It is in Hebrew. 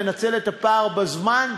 לנצל את הפער בזמן,